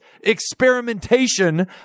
experimentation